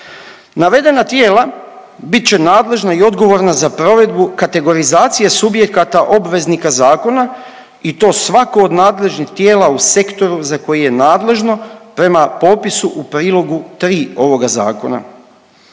Navedena tijela bit će nadležna i odgovorna za provedbu kategorizacije subjekata obveznika zakona i to svako od nadležnih tijela u sektoru za koji je nadležno prema popisu u prilogu tri ovoga zakona.